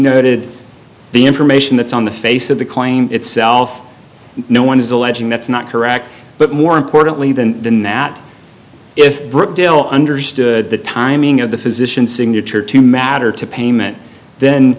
noted the information that's on the face of the claim itself no one is alleging that's not correct but more importantly than than that if brookdale understood the timing of the physician signature to matter to payment then